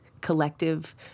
collective